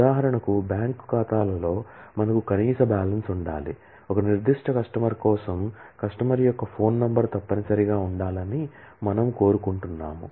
ఉదాహరణకు బ్యాంక్ ఖాతాలలో మనకు కనీస బ్యాలెన్స్ ఉండాలి ఒక నిర్దిష్ట కస్టమర్ కోసం కస్టమర్ యొక్క ఫోన్ నంబర్ తప్పనిసరిగా ఉండాలని మనము కోరుకుంటున్నాము